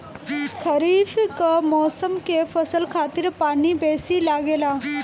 खरीफ कअ मौसम के फसल खातिर पानी बेसी लागेला